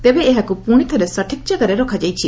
ତେବେ ଏହାକୁ ପୁଣି ଥରେ ସଠିକ୍ ଜାଗାରେ ରଖାଯାଇଛି